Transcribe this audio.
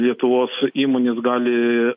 lietuvos įmonės gali